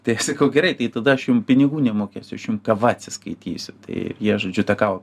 tai aš sakau gerai tai tada aš jum pinigų nemokėsiu aš jum kava atsiskaitysiu tai jie žodžiu tą kavą